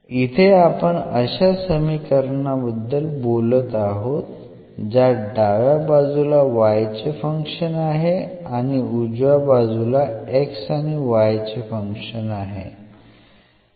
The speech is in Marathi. इथे आपण अशा समीकरणाबद्दल बोलत आहोत ज्यात डाव्या बाजूला y चे फंक्शन आहे आणि उजव्या बाजूला x आणि y चे फंक्शन आहे